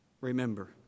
remember